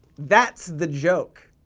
that's the joke.